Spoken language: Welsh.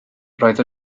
roedd